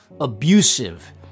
abusive